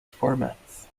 formats